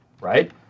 right